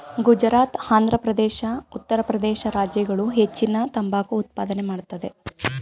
ಗುಜರಾತ್, ಆಂಧ್ರಪ್ರದೇಶ, ಉತ್ತರ ಪ್ರದೇಶ ರಾಜ್ಯಗಳು ಹೆಚ್ಚಿನ ತಂಬಾಕು ಉತ್ಪಾದನೆ ಮಾಡತ್ತದೆ